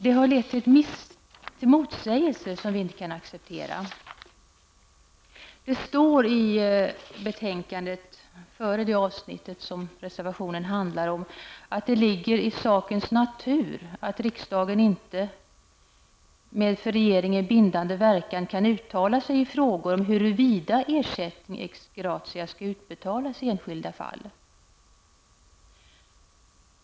Detta har lett till en motsägelse som vi inte kan acceptera. Det heter i utskottets betänkande: ''Det ligger också i sakens natur att riksdagen inte -- med för regeringen bindande verkan -- kan uttala sig i frågor om huruvida ersättning ex gratia skall utbetalas i enskilda fall.